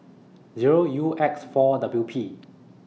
Zero U X four W P